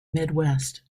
midwest